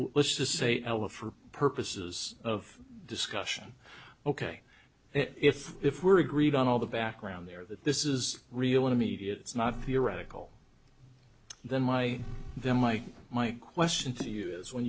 let's just say ela for purposes of discussion ok if if we're agreed on all the background there that this is real and immediate it's not theoretical then my then like my question to you is when